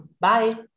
Bye